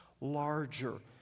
larger